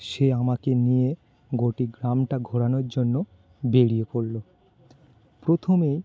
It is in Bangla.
সে আমাকে নিয়ে গোটা গ্রামটা ঘোরানোর জন্য বেড়িয়ে পড়ল প্রথমে